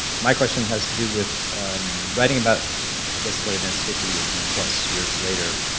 my question has to do with writing about basically events fifty and plus years later,